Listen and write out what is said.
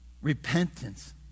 Repentance